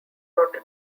not